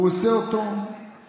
הוא עושה אותו בשבילנו,